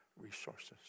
resources